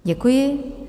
Děkuji.